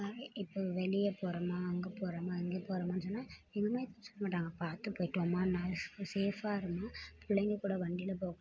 அது மாதிரி இப்போது வெளியே போகிறோமா அங்கே போகிறோமா இங்கே போகிறோமான்னு சொன்னால் எதுவுமே சொல்ல மாட்டாங்க பார்த்து போய்விட்டு வாமான்னு சேஃபாக இருமா பிள்ளைங்க கூட வண்டியில் போகக்குள்ள பார்த்து